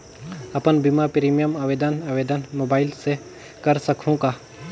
अपन बीमा प्रीमियम आवेदन आवेदन मोबाइल से कर सकहुं का?